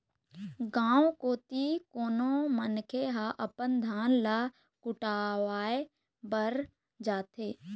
गाँव कोती कोनो मनखे ह अपन धान ल कुटावय बर जाथे